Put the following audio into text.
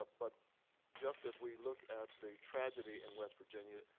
but just as we look at the tragedy in west virginia,